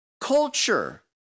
culture